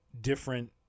different